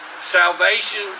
Salvation